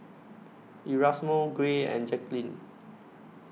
Erasmo Gray and Jacquline